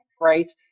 right